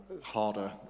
harder